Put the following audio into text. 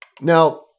Now